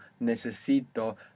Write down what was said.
necesito